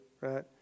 right